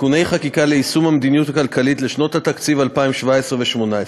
(תיקוני חקיקה ליישום המדיניות הכלכלית לשנות התקציב 2017 ו-2018):